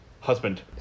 Husband